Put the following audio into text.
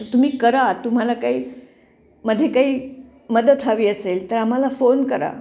तर तुम्ही करा तुम्हाला काही मध्ये काही मदत हवी असेल तर आम्हाला फोन करा